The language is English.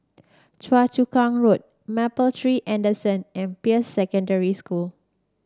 Choa Chu Kang Road Mapletree Anson and Peirce Secondary School